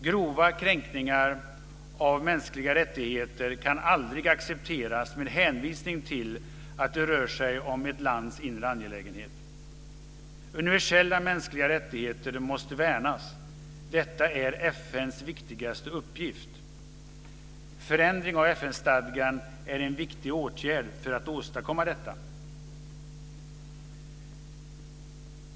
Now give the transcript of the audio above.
Grova kränkningar av mänskliga rättigheter kan aldrig accepteras med hänvisning till att det rör sig om ett lands inre angelägenheter. Universella mänskliga rättigheter måste värnas. Detta är FN:s viktigaste uppgift. Förändring av FN-stadgan är en viktig åtgärd för att åstadkomma detta.